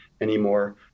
anymore